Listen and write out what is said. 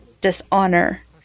dishonor